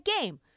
game